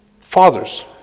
Fathers